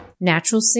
Natural